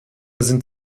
sind